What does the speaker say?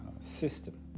system